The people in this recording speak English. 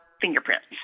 fingerprints